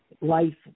Life